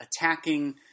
attacking